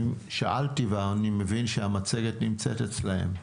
אני שאלתי, ואני מבין שהמצגת נמצאת אצלם.